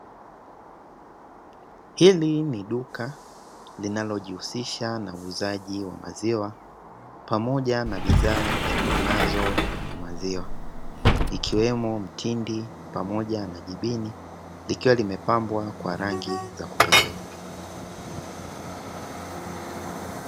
Hili ni duka linalojihusisha na uuzaji wa maziwa pamoja na bidhaa zitokanazo na maziwa ikiwemo mtindi pamoja na jibini likiwa limepambwa kwa rangi za kupendeza.